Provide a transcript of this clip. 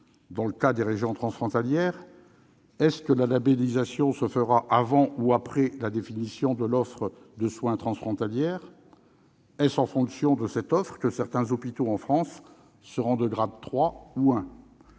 Dans le cas des régions transfrontalières, la labellisation interviendra-t-elle avant ou après la définition de l'offre de soins transfrontalière ? Est-ce en fonction de cette offre que certains hôpitaux en France seront classés de grade 3 ou de